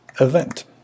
event